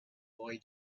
boy